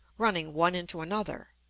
running one into another.